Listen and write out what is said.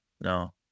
no